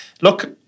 look